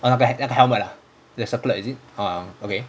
err 那个那个 helmet ah the serpent is it uh okay